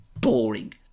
boring